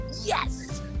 yes